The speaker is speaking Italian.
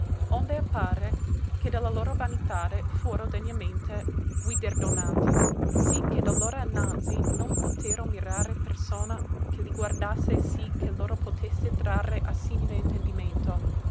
onde appare che de la loro vanitade fuoro degnamente guiderdonati sì che d'allora innanzi non potero mirare persona che li guardasse sì che loro potesse trarre a simile intendimento